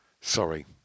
Sorry